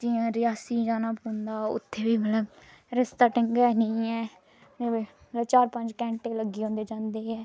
जि'यां रियासी जाना पौंदा उत्थै बी मतलब रस्ता ढंगै दा नी ऐ चार पंज घैंटे लग्गी जंदे जंदे गै